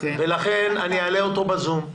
ולכן אני אעלה אותו בזום.